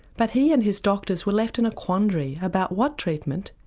but he and his doctors were left in a quandary about what treatment,